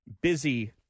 busy